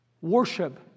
worship